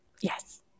Yes